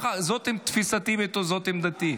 זאת תפיסתי וזאת עמדתי.